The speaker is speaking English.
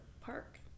park